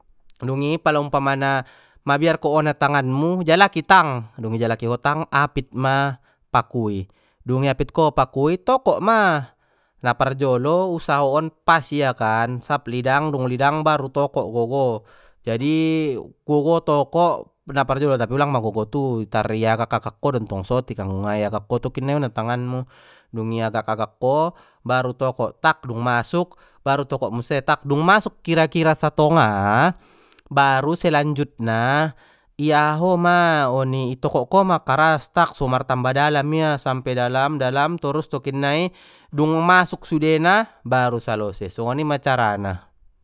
Dungi pala umpamana mabiar ko ona tanganmu jalaki tang dung i jalaki ho tang apit ma paku i dung i apit ko paku i tokok ma, na parjolo usahoon pas ia kan sap lidang dung lidang baru tokok gogo jadi gogo tokok naparjolo tapi ulang magogo tu tar i agak agak ko do ntong sotik pala nga i agak ko tokinnai onna tangan mu, dung i agak agak ko baru tokok tak! Dung masuk baru tokok muse tak! Dung masuk kira kira satonga baru selanjutna i aha ho ma oni i tokok ko ma karas tak! So martamba dalam ia sampe dalam dalam torus tokinnai dung masuk sudena baru salose songoni ma carana.